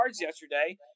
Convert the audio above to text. yesterday